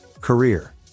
career